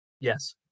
Yes